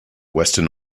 western